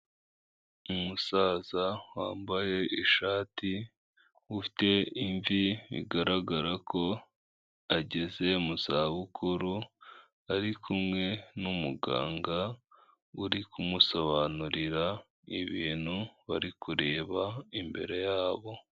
Umusaza wambaye ishati, ufite imvi bigaragara ko ageze muza bukuru; ari kumwe n'umuganga uri kumusobanurira ibintu bari kureba imbere yabo